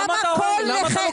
למה אתה לוקח להם?